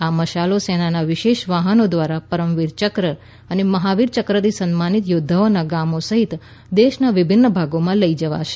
આ મશાલો સેનાના વિશેષ વાહનો દ્વારા પરમવીર ચક્ર અને મહાવીર ચક્રથી સન્માનિત યોદ્ધાના ગામો સહિત દેશના વિભિન્ન ભાગોમાં લઈ જવાશે